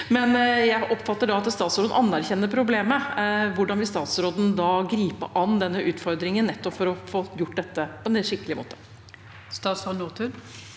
jeg oppfatter altså at hun anerkjenner problemet. Hvordan vil statsråden gripe an denne utfordringen nettopp for å få gjort dette på en skikkelig måte? Statsråd Kari